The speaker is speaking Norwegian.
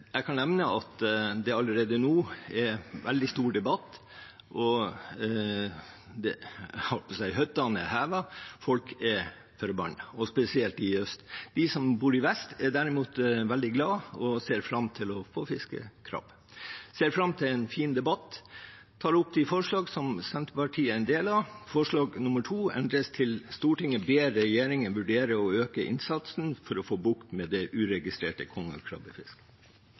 Allerede nå er det en veldig stor debatt. Høttene er hevet, og folk er forbannet, spesielt i øst. De som bor i vest, er derimot veldig glade og ser fram til å få fiske krabbe. Jeg ser fram til en fin debatt og tar opp forslagene som Senterpartiet er en del av. Forslag nr. 2 endres til: «Stortinget ber regjeringen vurdere å øke innsatsen for å få bukt med det uregistrerte